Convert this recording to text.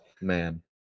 man